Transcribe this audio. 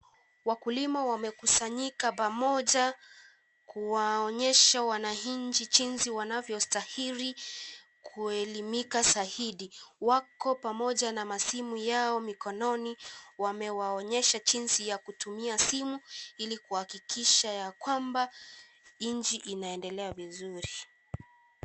Wakulima wamekusanyika pamoja kuwaonyesha wananchi jinsi wanavyostahili kuelimika zaidi. Wako pamoja na simu zao mikononi, wamewaonyesha jinsi ya kutumia simu ili kuhakikisha ya kwamba nchi inaendelea vizuri.